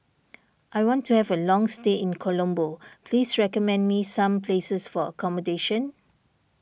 I want to have a long stay in Colombo please recommend me some places for accommodation